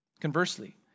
conversely